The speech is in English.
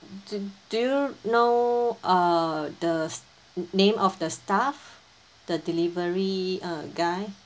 do do you know uh the s~ name of the staff the delivery uh guy